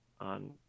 on